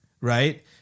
right